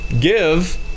give